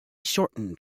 shortened